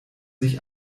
sich